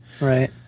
Right